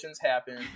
happen